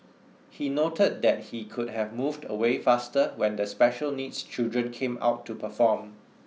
he noted that he could have moved away faster when the special needs children came out to perform